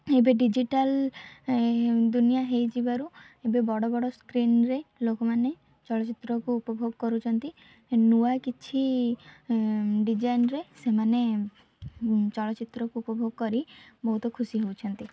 ଏବେ ଡିଜିଟାଲ୍ ଦୁନିଆ ହୋଇଯିବାରୁ ଏବେ ବଡ଼ ବଡ଼ ସ୍କ୍ରିନ୍ରେ ଲୋକମାନେ ଚଳଚ୍ଚିତ୍ରକୁ ଉପଭୋଗ କରୁଛନ୍ତି ନୂଆ କିଛି ଡିଜାଇନ୍ରେ ସେମାନେ ଚଳଚ୍ଚିତ୍ରକୁ ଉପଭୋଗ କରି ବହୁତ ଖୁସି ହେଉଛନ୍ତି